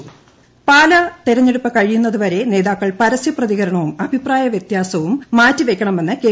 പാലാ മുരളീധരൻ പാലാ തെരഞ്ഞെടുപ്പ് കഴിയുന്നത് വരെ നേതാക്കൾ പരസ്യ പ്രതികരണവും അഭിപ്രായ വ്യത്യാസവും മാറ്റി വെക്കണമെന്ന് കെ